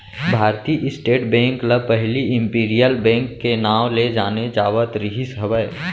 भारतीय state bank ल पहिली इम्पीरियल बेंक के नांव ले जाने जावत रिहिस हवय